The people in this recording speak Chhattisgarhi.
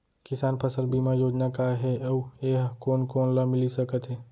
किसान फसल बीमा योजना का हे अऊ ए हा कोन कोन ला मिलिस सकत हे?